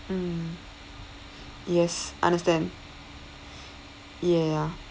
mm yes understand yeah